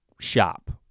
shop